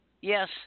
Yes